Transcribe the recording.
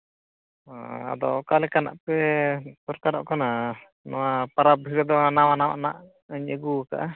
ᱦᱚᱸ ᱟᱫᱚ ᱚᱠᱟ ᱞᱮᱠᱟᱱᱟᱜ ᱯᱮ ᱫᱚᱨᱠᱟᱨᱚᱜ ᱠᱟᱱᱟ ᱱᱚᱣᱟ ᱯᱚᱨᱚᱵᱽ ᱵᱷᱤᱲ ᱫᱚ ᱱᱟᱣᱟ ᱱᱟᱣᱟᱱᱟᱜ ᱤᱧ ᱟᱹᱜᱩᱣ ᱠᱟᱜᱼᱟ